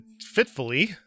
fitfully